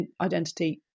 identity